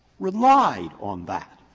relied on that.